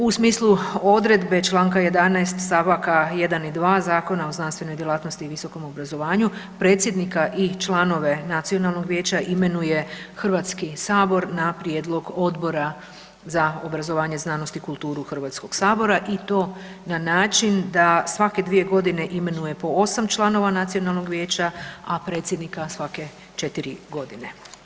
U smislu odredbe Članka 11. stavaka 1. i 2. Zakona o znanstvenoj djelatnosti i visokom obrazovanju predsjednika i članove nacionalnog vijeća imenuje Hrvatski sabor na prijedlog Odbora za obrazovanje, znanost i kulturu Hrvatskog sabora i to na način da svake 2 godine imenuje po 8 članova nacionalnog vijeća, a predsjednika svake 4 godine.